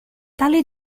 tale